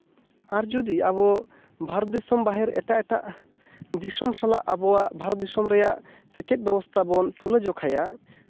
ᱟᱨ ᱡᱩᱫᱤ ᱟᱵᱚ ᱵᱷᱟᱨᱚᱛ ᱫᱤᱥᱚᱢ ᱵᱟᱦᱮᱨ ᱮᱴᱟᱜ ᱮᱴᱟᱜ ᱫᱤᱥᱚᱢ ᱥᱟᱞᱟᱜ ᱟᱵᱚᱣᱟᱜ ᱵᱷᱟᱨᱚᱛ ᱫᱤᱥᱚᱢ ᱨᱮᱭᱟᱜ ᱥᱮᱪᱮᱫ ᱵᱮᱵᱚᱥᱛᱷᱟ ᱵᱚᱱ ᱛᱩᱞᱟᱹ ᱡᱚᱠᱷᱟᱭᱟ